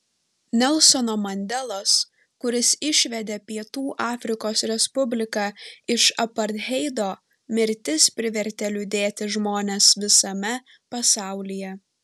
nelsono mandelos kuris išvedė pietų afriko respubliką iš apartheido mirtis privertė liūdėti žmones visame pasaulyje